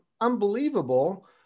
unbelievable